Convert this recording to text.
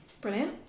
brilliant